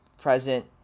present